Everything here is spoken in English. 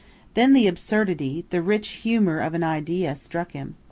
then the absurdity, the rich humour of an idea, struck him.